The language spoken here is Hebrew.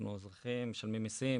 אנחנו אזרחים משלמי מסים,